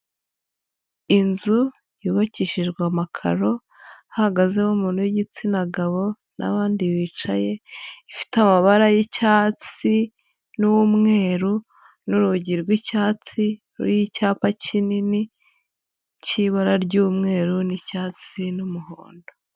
Inzu yubakishijwe amakaro, hahagazeho umuntu w'igitsina gabo n'abandi bicaye, ifite amabara y'icyatsi n'umweru n'urugi rw'icyatsi, ruriho icyapa kinini cy'ibara ry'umweru n'icyatsi n'umuhondo.